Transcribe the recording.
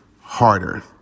Harder